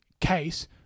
case